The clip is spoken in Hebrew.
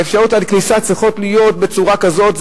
והאפשרויות עד כניסה צריכות להיות בצורה כזאת,